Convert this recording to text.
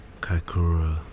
Kaikoura